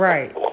Right